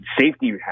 safety